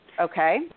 Okay